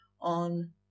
on